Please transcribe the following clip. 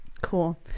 Cool